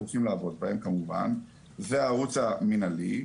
צריכים לעבוד עליהם כמובן זה הערוץ המנהלי,